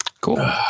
Cool